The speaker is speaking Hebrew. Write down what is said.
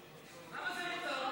הדת,